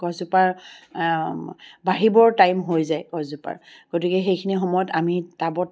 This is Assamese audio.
গছজোপা বাঢ়িবৰ টাইম হৈ যায় গছজোপাৰ গতিকে সেইখিনি সময়ত আমি টাবত